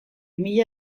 mila